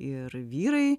ir vyrai